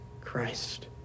Christ